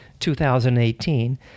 2018